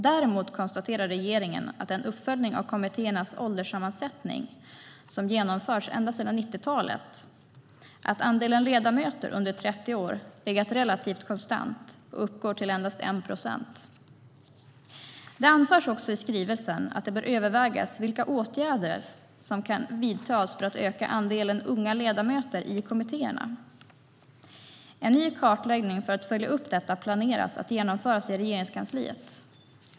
Däremot konstaterar regeringen att i den uppföljning av kommittéernas ålderssammansättning som har genomförts ända sedan 90-talet har andelen ledamöter under 30 år legat relativt konstant och uppgått till endast 1 procent. Det anförs också i skrivelsen att det bör övervägas vilka åtgärder som kan vidtas för att öka andelen unga ledamöter i kommittéerna. En ny kartläggning för att följa upp detta planeras i Regeringskansliet.